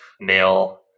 male